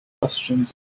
questions